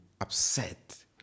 upset